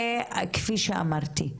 וכפי שאמרתי,